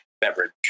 beverage